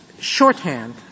shorthand